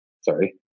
sorry